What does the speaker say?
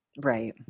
Right